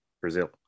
Brazil